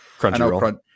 Crunchyroll